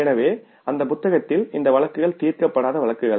எனவே அந்த புத்தகத்தில் இந்த வழக்குகள் தீர்க்கப்படாத வழக்குகள்